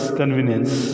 convenience